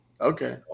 Okay